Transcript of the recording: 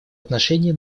отношении